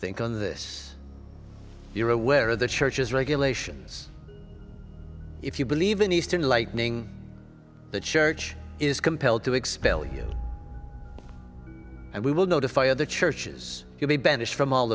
think on this you're aware of the church's regulations if you believe in eastern lightning the church is compelled to expel you and we will notify other churches you'll be banished from all